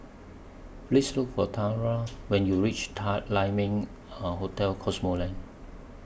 Please Look For Tamra when YOU REACH Ta Lai Ming Hotel Cosmoland